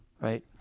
Right